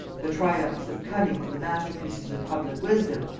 the triumphs of cunning for the masterpieces of public wisdom,